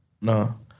No